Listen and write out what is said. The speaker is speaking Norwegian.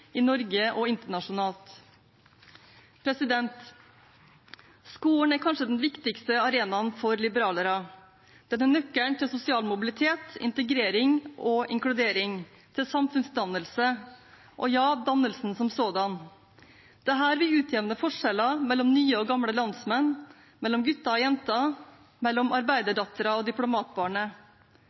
i Norge og internasjonalt. Skolen er kanskje den viktigste arenaen for liberalere. Den er nøkkelen til sosial mobilitet, integrering og inkludering, til samfunnsdannelse og ja, dannelsen som sådan. Det er her vi utjevner forskjellen mellom nye og gamle landsmenn, mellom gutter og jenter, mellom arbeiderdattera og